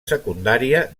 secundària